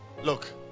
Look